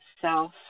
self